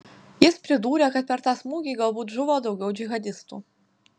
jis pridūrė kad per tą smūgį galbūt žuvo daugiau džihadistų